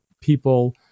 people